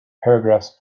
paragraphs